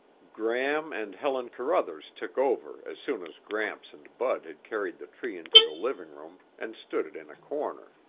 gram and helen carruthers took over as soon as gramps and bud had carried the tree into the living room and stood it in a corner.